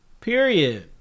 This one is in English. Period